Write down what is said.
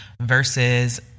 versus